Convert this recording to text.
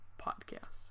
podcast